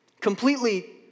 completely